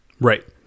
Right